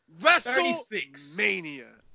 WrestleMania